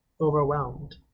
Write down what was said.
overwhelmed